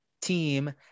team